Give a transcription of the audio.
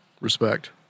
respect